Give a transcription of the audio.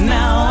Now